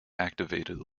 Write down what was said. activated